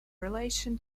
relation